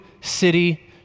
City